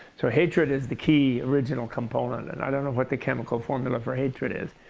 so hatred is the key original component. and i don't know what the chemical formula for hatred is,